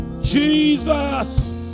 Jesus